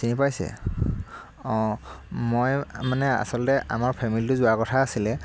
চিনি পাইছে অঁ মই মানে আচলতে আমাৰ ফেমিলিটো যোৱা কথা আছিলে